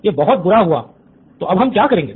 यह बहुत बुरा हुआ तो अब हम क्या करेंगे